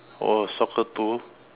oh soccer too